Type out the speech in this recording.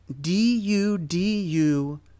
D-U-D-U